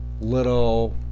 little